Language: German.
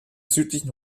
südlichen